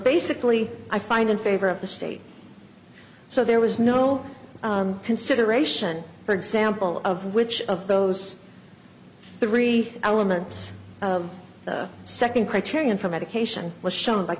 basically i find in favor of the state so there was no consideration for example of which of those three elements of the second criterion for medication was shown